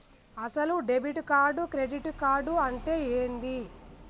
అసలు debit card credit card అంటే ఏంది?